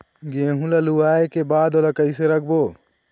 गेहूं ला लुवाऐ के बाद ओला कइसे राखबो?